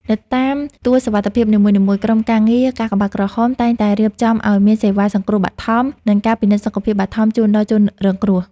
នៅតាមទួលសុវត្ថិភាពនីមួយៗ ក្រុមការងារកាកបាទក្រហមតែងតែរៀបចំឱ្យមានសេវាសង្គ្រោះបឋម និងការពិនិត្យសុខភាពបឋមជូនដល់ជនរងគ្រោះ។